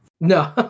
No